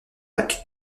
lac